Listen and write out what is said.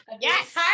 Yes